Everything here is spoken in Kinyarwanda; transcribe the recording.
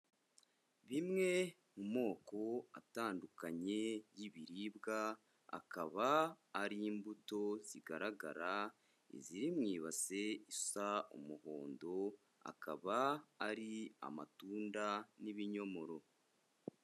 Bimwe mu moko atandukanye y'ibiribwa, akaba ari imbuto zigaragara ziri mu ibasi isa umuhondo, akaba ari amatunda n'ibinyomoro.